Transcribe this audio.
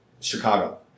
Chicago